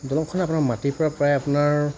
দলংখন আপোনাৰ মাটিৰ পৰা প্ৰায় আপোনাৰ